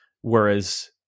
whereas